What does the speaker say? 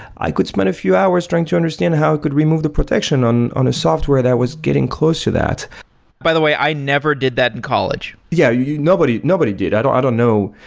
i could spend a few hours trying to understand how it could remove the protection on on a software that was getting close to that by the way, i never did that in college yeah, yeah nobody, nobody did. i don't i don't know.